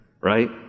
right